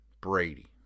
Brady